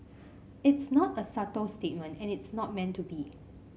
it's not a subtle statement and it's not meant to be